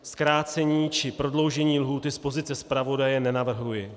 Zkrácení či prodloužení lhůty z pozice zpravodaje nenavrhuji.